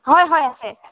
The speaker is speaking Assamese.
হয় হয় আছে